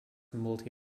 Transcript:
multi